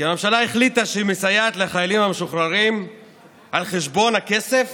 כי הממשלה החליטה שהיא מסייעת לחיילים המשוחררים על חשבון הכסף